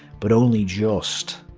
but only just.